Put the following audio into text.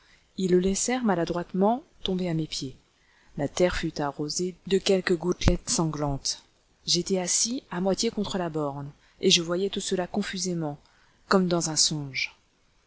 ils le laissèrent maladroitement tomber à mes pieds la terre fut arrosée de quelques gouttelettes sanglantes j'étais assis à moitié contre la borne et je voyais tout cela confusément comme dans un songe